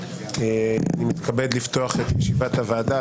אני מתכבד לפתוח את ישיבת הוועדה,